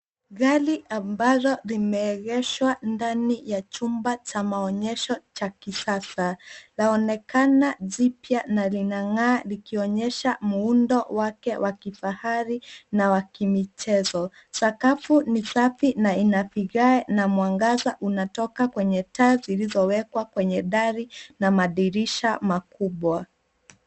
Gari ambalo limeegeshwa ndani ya chumba cha maonyesho cha kisasa, laonekana jipya na linang'aa likionyesha muundo wake wa kifahari na wakimichezo. Sakafu ni safi na inavigaa na mwangaza unatoka kwenye taa zilizowekwa kwenye dari na madirisha makubwa.